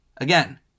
again